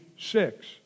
six